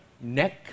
neck